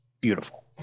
beautiful